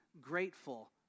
grateful